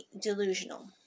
delusional